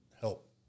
help